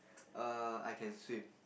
err I can swim